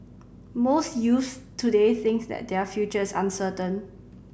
most youths today think that their futures are uncertain